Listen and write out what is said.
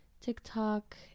TikTok